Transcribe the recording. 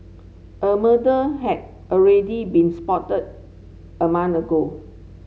a murder had already been spotted a month ago